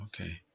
okay